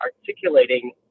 articulating